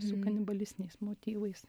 su kanibalistiniais motyvais